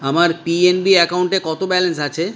আমার পিএনবি অ্যাকাউন্টে কত ব্যালেন্স আছে